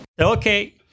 Okay